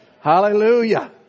Hallelujah